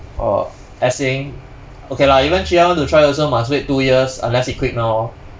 orh as in okay lah even chee hao want to try also must wait two years unless he quit now orh